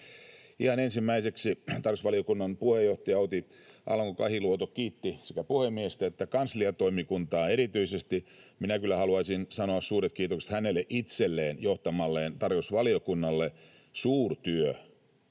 Ihan ensimmäiseksi tarkastusvaliokunnan puheenjohtaja Outi Alanko-Kahiluoto kiitti sekä puhemiestä että kansliatoimikuntaa erityisesti. Minä kyllä haluaisin sanoa suuret kiitokset hänelle itselleen ja hänen johtamalleen tarkastusvaliokunnalle. Suurtyö,